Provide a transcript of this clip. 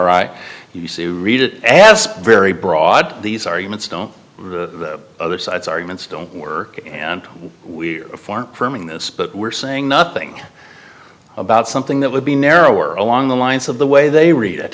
right you see read it as very broad these arguments don't other sides arguments don't work and we form perming this but we're saying nothing about something that would be narrower along the lines of the way they read it